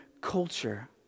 culture